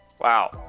wow